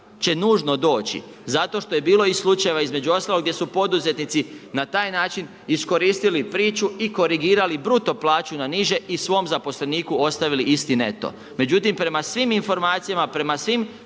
će nužno doći zato što je bilo i slučajeva između ostalog gdje su poduzetnici na taj način iskoristili priču i korigirali bruto plaću na niže i svom zaposleniku ostavili, istina je to. Međutim prema svim informacijama, prema svim